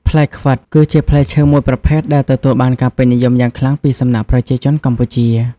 ផ្លែខ្វិត គឺជាផ្លែឈើមួយប្រភេទដែលទទួលបានការពេញនិយមយ៉ាងខ្លាំងពីសំណាក់ប្រជាជនកម្ពុជា។